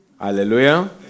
Hallelujah